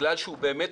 בגלל שהוא באמת